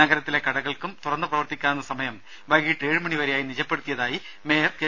നഗരത്തിലെ കടകൾക്ക് തുറന്ന് പ്രവർത്തിക്കാവുന്ന സമയം വൈകീട്ട് ഏഴ് മണിവരെയായി നിജപ്പെടുത്തിയതായി മേയർ കെ